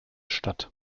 statt